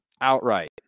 outright